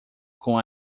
com